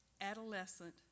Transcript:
adolescent